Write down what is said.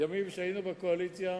ימים שהיינו בקואליציה